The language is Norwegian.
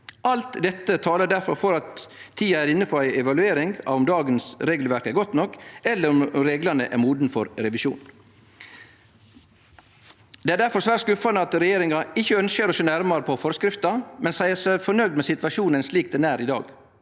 Alt dette talar difor for at tida er inne for ei evaluering av om dagens regelverk er godt nok, eller om reglane er modne for revisjon. Det er difor svært skuffande at regjeringa ikkje ønskjer å sjå nærare på forskrifta, men seier seg fornøgd med situasjonen slik han er i dag.